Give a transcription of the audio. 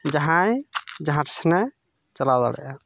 ᱡᱟᱦᱟᱭ ᱡᱟᱦᱟ ᱥᱮᱱᱮ ᱪᱟᱞᱟᱣ ᱫᱟᱲᱮᱭᱟᱜᱼᱟ